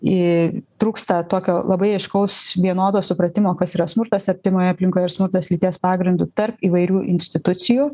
į trūksta tokio labai aiškaus vienodo supratimo kas yra smurtas artimoje aplinkoje ir smurtas lyties pagrindu tarp įvairių institucijų